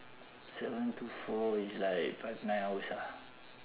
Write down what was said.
seven to four is like five nine hours ah